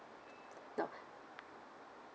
now